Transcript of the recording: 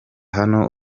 hano